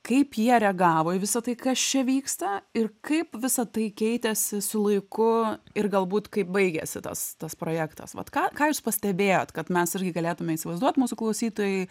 kaip jie reagavo į visa tai kas čia vyksta ir kaip visa tai keitėsi su laiku ir galbūt kaip baigėsi tas tas projektas vat ką ką jūs pastebėjot kad mes irgi galėtume įsivaizduot mūsų klausytojai